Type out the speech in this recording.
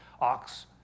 Ox